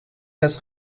das